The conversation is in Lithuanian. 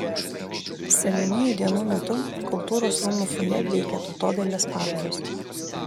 seniūnijų dienų metu kultūros rūmų fojė veikė tautodailės parodos